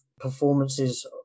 performances